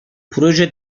proje